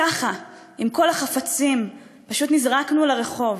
ככה, עם כל החפצים, פשוט נזרקנו לרחוב.